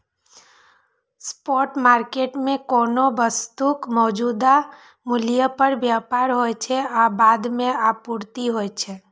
spot market मे कोनो वस्तुक मौजूदा मूल्य पर व्यापार होइ छै आ बाद मे आपूर्ति होइ छै